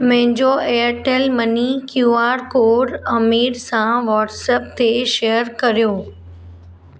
मुंहिंजो Airtel money Q R code Aamir सां WhatsApp ते शेयर कर्यो